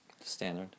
standard